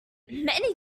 many